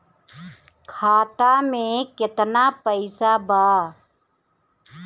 खाता में केतना पइसा बा?